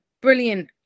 brilliant